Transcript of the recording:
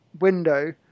window